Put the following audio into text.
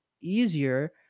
easier